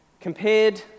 Compared